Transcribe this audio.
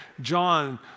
John